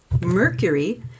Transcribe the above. Mercury